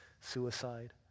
suicide